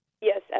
Yes